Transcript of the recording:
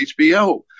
HBO